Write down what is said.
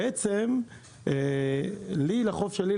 ולחוף שלי,